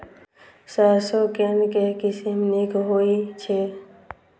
सैरसो केँ के किसिम नीक होइ छै?